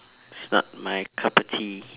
it's not my cup of tea